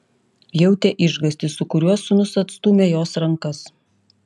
jautė išgąstį su kuriuo sūnus atstūmė jos rankas